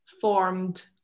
formed